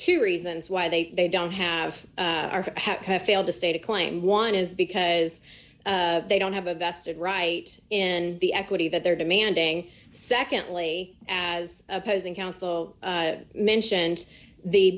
two reasons why they they don't have to have failed to state a claim one is because they don't have a vested right in the equity that they're demanding secondly as opposing counsel mentioned the